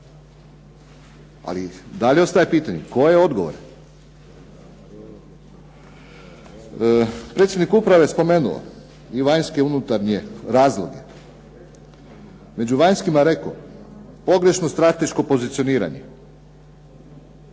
Ali i dalje ostaje pitanje tko je odgovoran. Predsjednik uprave je spomenuo i vanjske i unutarnje razloge. Među vanjskima je rekao pogrešno strateško pozicioniranje.